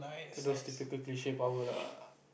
those typical cliche power lah